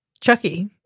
chucky